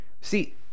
See